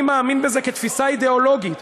אני מאמין בזה כתפיסה אידיאולוגית,